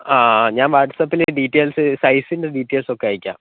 ആ ആ ഞാൻ വാട്സാപ്പിൽ ഡീറ്റെയിൽസ് സൈസിന്റെ ഡീറ്റെയിൽസ് ഒക്കെ അയയ്ക്കാം